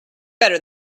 better